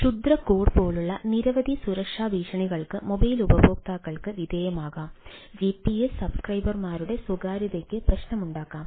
അതിനാൽ ക്ഷുദ്ര കോഡ് പോലുള്ള നിരവധി സുരക്ഷാ ഭീഷണികൾക്ക് മൊബൈൽ ഉപാധികൾക്ക് വിധേയമാകാം ജിപിഎസ് സബ്സ്ക്രൈബർമാരുടെ സ്വകാര്യതക്ക് പ്രശ്നമുണ്ടാക്കാം